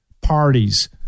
parties